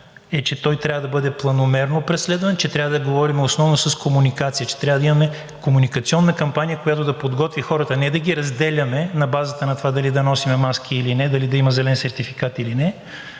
е, че той трябва да бъде планомерно преследван, че трябва да говорим основно с комуникация, че трябва да имаме комуникационна кампания, която да подготви хората. Не да ги разделяме на базата на това дали да носим маски или не, дали да има зелен сертификат или не,